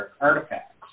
artifacts